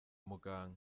muganga